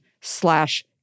slash